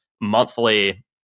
monthly